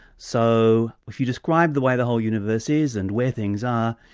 so if you describe the way the whole universe is, and where things are,